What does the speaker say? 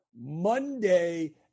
Monday